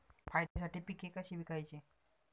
फायद्यासाठी पिके कशी विकायची?